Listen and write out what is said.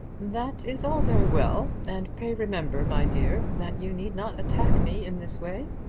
that is all very well and pray remember, my dear, that you need not attack me in this way.